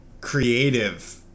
creative